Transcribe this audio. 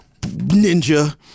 ninja